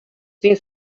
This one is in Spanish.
sin